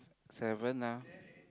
seven ah